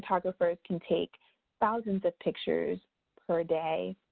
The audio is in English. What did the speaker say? photographers can take thousands of pictures per day.